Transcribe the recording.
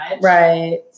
Right